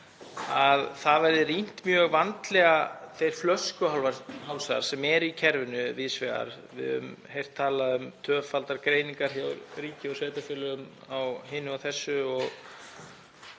áðan verði rýndir mjög vandlega þeir flöskuhálsar sem eru í kerfinu víðs vegar — við höfum heyrt talað um tvöfaldar greiningar hjá ríki og sveitarfélögum á hinu og þessu —